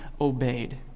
obeyed